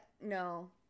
No